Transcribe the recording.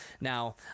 Now